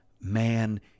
man